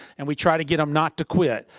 and we try to get them not to quit.